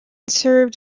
served